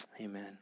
Amen